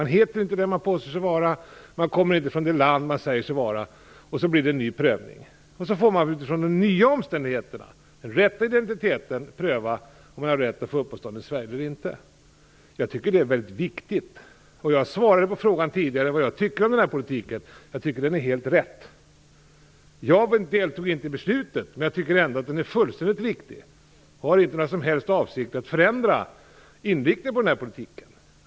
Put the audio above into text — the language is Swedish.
Man heter inte det man påstått. Man kommer inte från det land man har sagt. Då blir det en ny prövning. Utifrån de nya omständigheterna och den rätta identiteten får man pröva om personen har rätt att få uppehållstillstånd i Sverige eller inte. Jag tycker att det är mycket viktigt. Jag svarade tidigare på frågan om vad jag tycker om den här politiken. Jag tycker att den är helt riktig. Jag deltog inte i beslutet, men jag tycker ändå att den är fullständigt riktig. Jag har inte några som helst avsikter att förändra inriktningen på den här politiken.